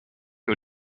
nur